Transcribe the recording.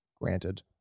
granted